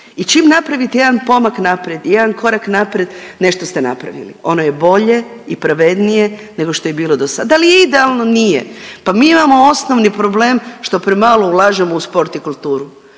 i čim napravite jedan pomak naprijed, jedan korak naprijed nešto ste napravili, ono je bolje i pravednije nego što je bilo dosada. Da li je idealno? Nije, pa mi imamo osnovni problem što premalo ulažemo u sport i kulturu.